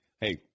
hey